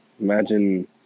imagine